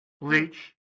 bleach